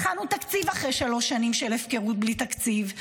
הכנו תקציב אחרי שלוש שנים של הפקרות בלי תקציב.